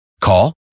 Call